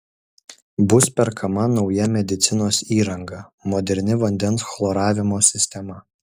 bus perkama nauja medicinos įranga moderni vandens chloravimo sistema